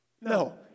No